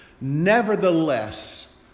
Nevertheless